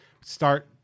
start